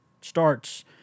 starts